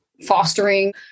fostering